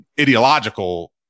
ideological